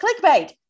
clickbait